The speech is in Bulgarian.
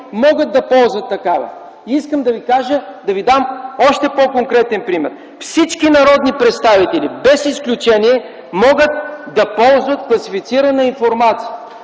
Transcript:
могат да ползват такава. Искам да Ви дам още по-конкретен пример: всички народни представители без изключение могат да ползват класифицирана информация.